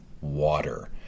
Water